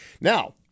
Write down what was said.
Now